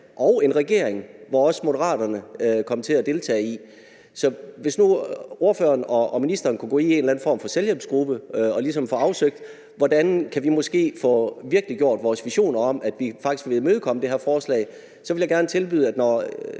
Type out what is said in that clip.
og en regering, som også Moderaterne kom til at deltage i. Så hvis nu ordføreren og ministeren kunne gå i en eller anden form for selvhjælpsgruppe og ligesom få afsøgt, hvordan man faktisk kan få virkeliggjort ens visioner om at imødekomme det her forslag, så vil jeg gerne tilbyde, når